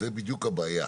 זו בדיוק הבעיה.